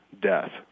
death